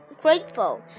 grateful